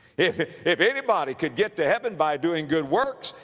if, if if anybody could get to heaven by doing good works,